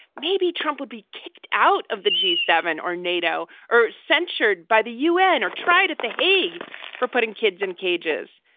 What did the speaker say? maybe trump would be kicked out of the g seven or nato or censured by the u n. or tried at the hague for putting kids in cages.